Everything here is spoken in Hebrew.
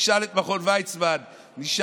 שצריך לשאול את מכון ויצמן איך ייפתר.